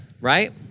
right